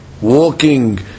walking